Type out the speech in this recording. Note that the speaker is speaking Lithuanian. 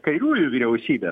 kairiųjų vyriausybė